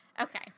Okay